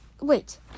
wait